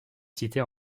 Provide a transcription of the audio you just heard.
situées